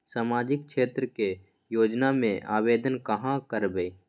सामाजिक क्षेत्र के योजना में आवेदन कहाँ करवे?